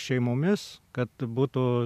šeimomis kad būtų